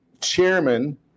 chairman